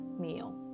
meal